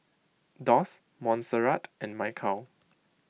Doss Monserrat and Michal